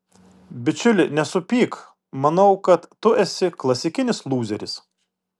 bičiuli nesupyk manau kad tu esi klasikinis lūzeris